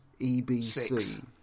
ebc